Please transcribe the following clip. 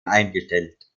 eingestellt